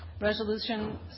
resolution